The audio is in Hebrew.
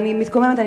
ואני מתקוממת.